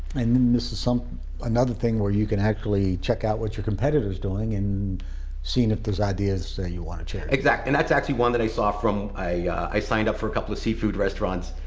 and this is um another thing where you can actually check out what your competitor is doing and seeing if there's ideas so you wanna exactly. and that's actually one that i saw from, i signed up for a couple of seafood restaurants.